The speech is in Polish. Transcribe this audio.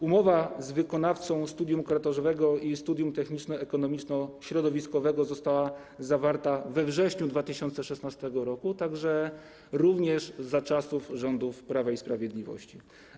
Umowa z wykonawcą studium korytarzowego i studium techniczno-ekonomiczno-środowiskowego została zawarta we wrześniu 2016 r., a więc również za czasów rządów Prawa i Sprawiedliwości.